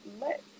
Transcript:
let